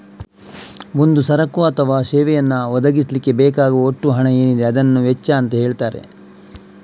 ಒಂದು ಸರಕು ಅಥವಾ ಸೇವೆಯನ್ನ ಒದಗಿಸ್ಲಿಕ್ಕೆ ಬೇಕಾಗುವ ಒಟ್ಟು ಹಣ ಏನಿದೆ ಅದನ್ನ ವೆಚ್ಚ ಅಂತ ಹೇಳ್ತಾರೆ